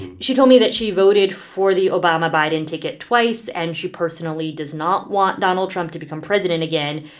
she told me that she voted for the obama-biden ticket twice, and she personally does not want donald trump to become president again.